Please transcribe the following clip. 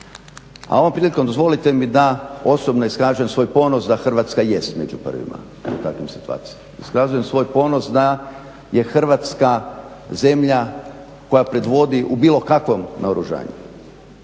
A ovom prilikom dozvolite mi da osobno iskažem svoj ponos da Hrvatska jest među pravima u takvim situacijama. Iskazujem svoj ponos da je Hrvatska zemlja koja predvodi u bilo kakvom naoružanju,